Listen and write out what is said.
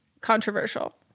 controversial